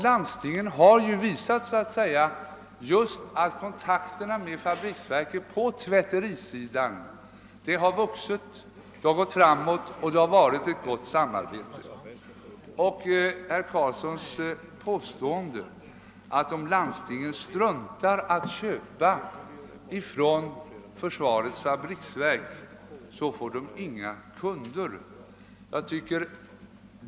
Landstingens samarbete med fabriksverket på tvätterisidan har vuxit och gått framåt. tingen underlåter att köpa från försvarets fabriksverk, får fabriksverket inga kunder.